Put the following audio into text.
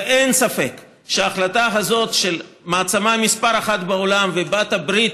ואין ספק שההחלטה הזאת של המעצמה מספר אחת בעולם ובעלת הברית